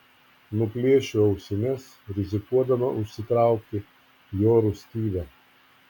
nuplėšiu ausines rizikuodama užsitraukti jo rūstybę